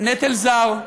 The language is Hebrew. נטל זר,